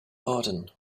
arden